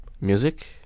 music